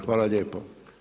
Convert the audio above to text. Hvala lijepo.